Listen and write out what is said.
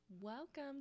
welcome